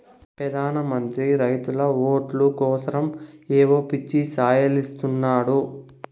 పెదాన మంత్రి రైతుల ఓట్లు కోసరమ్ ఏయో పిచ్చి సాయలిస్తున్నాడు